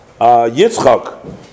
Yitzchak